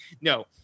no